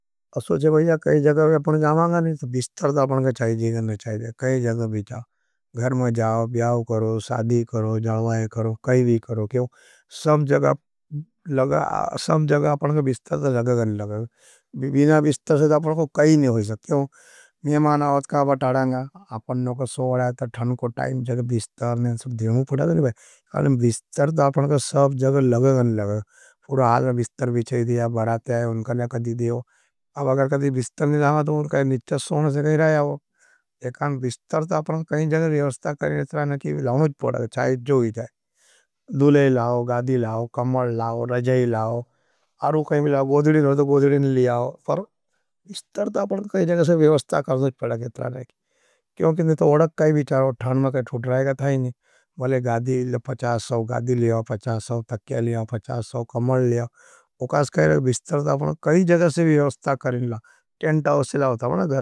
असोचे भाईया कई जगर आपने जामाँगा नहीं तो विस्तर ता आपने का चाहिए जीगन नहीं चाहिए। कई जगर भी चाहिए घर में जाओ, भियाव करो, साधी करो, जालवाई करो, कई भी करो, क्यों? सम जगर आपने का विस्तर ता जगर नहीं लगगे, बिना विस्तर से ता अपने का कहीं नहीं होई सके, क्यों? नियमानावत का बठाड़ाँगा, आपने का सोड़ाँगा, ता थणको टाइम, जगर विस्तर नहीं, सब द्रिमू पड़ाँगा नहीं बाई, अपने वि विस्तर ता आपने का विस्तर ता जगर नहीं लगगे। टैंट हाउस से लाओ।